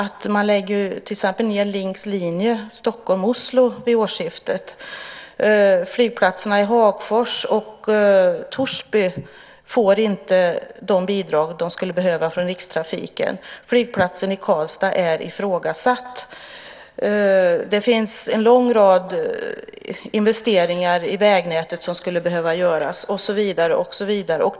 Till exempel lägger man ned Linx linje Stockholm-Oslo vid årsskiftet, flygplatserna i Hagfors och Torsby får inte de bidrag de skulle behöva från Rikstrafiken, flygplatsen i Karlstad är ifrågasatt, det finns en lång rad investeringar i vägnätet som skulle behöva göras - och så vidare.